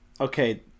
Okay